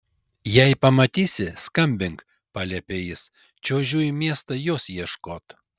jei pamatysi skambink paliepė jis čiuožiu į miestą jos ieškot